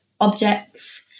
objects